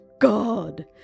God